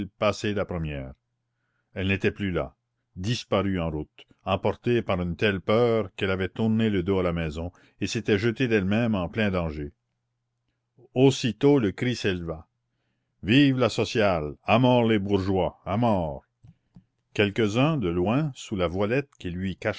la première elle n'était plus là disparue en route emportée par une telle peur qu'elle avait tourné le dos à la maison et s'était jetée d'elle-même en plein danger aussitôt le cri s'éleva vive la sociale à mort les bourgeois à mort quelques-uns de loin sous la voilette qui lui